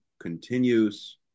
continues